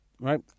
Right